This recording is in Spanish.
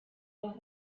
los